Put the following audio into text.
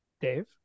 Dave